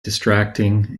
distracting